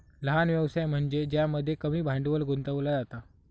लहान व्यवसाय म्हनज्ये ज्यामध्ये कमी भांडवल गुंतवला जाता